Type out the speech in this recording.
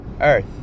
Earth